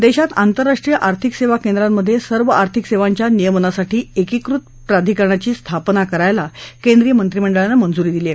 देशात आंतरराष्ट्रीय आर्थिक सेवा केंद्रांमध्ये सर्व आर्थिक सेवांच्या नियमनासाठी एकीकृत प्राधिकरणाची स्थापना करायला केंद्रीय मंत्रिमंडळानं मंजुरी दिली आहे